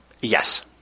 Yes